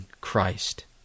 Christ